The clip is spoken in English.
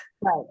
Right